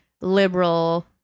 liberal